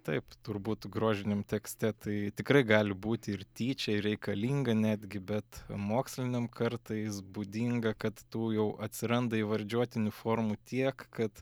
taip turbūt grožiniam tekste tai tikrai gali būti ir tyčia ir reikalinga netgi bet moksliniam kartais būdinga kad tų jau atsiranda įvardžiuotinių formų tiek kad